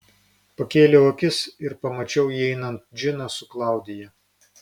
pakėliau akis ir pamačiau įeinant džiną su klaudija